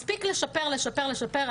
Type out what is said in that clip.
מספיק לשפר, לשפר, לשפר.